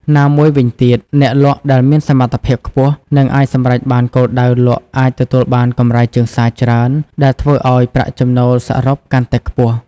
ណាមួយវីញទៀត អ្នកលក់ដែលមានសមត្ថភាពខ្ពស់ និងអាចសម្រេចបានគោលដៅលក់អាចទទួលបានកម្រៃជើងសារច្រើន ដែលធ្វើឱ្យប្រាក់ចំណូលសរុបកាន់តែខ្ពស់។